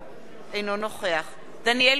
אינו נוכח דניאל בן-סימון,